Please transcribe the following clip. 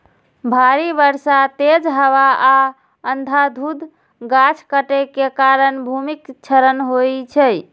भारी बर्षा, तेज हवा आ अंधाधुंध गाछ काटै के कारण भूमिक क्षरण होइ छै